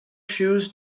shoes